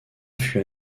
fut